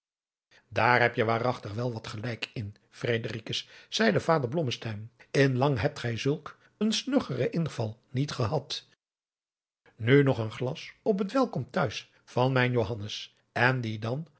daar hebje waarachtig wel wat gelijk in fredericus zeide vader blommesteyn in lang hebt gij zulk een snuggeren inval niet gehad nu nog een glas op het welkom t'huis van mijn johannes en die dan